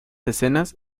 escenas